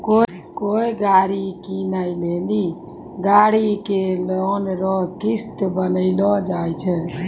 कोय गाड़ी कीनै लेली गाड़ी के लोन रो किस्त बान्हलो जाय छै